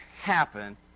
happen